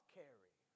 carry